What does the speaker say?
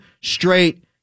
straight